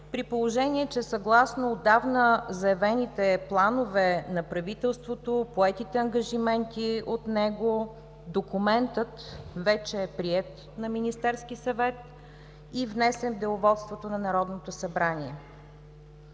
при положение че съгласно отдавна заявените планове на правителството, поетите ангажименти от него, документът вече е приет на Министерски съвет и внесен в Деловодството на Народното събрание.